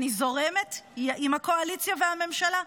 אני זורמת עם הקואליציה והממשלה,